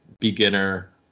beginner